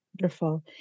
Wonderful